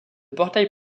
portail